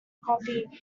copyright